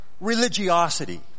religiosity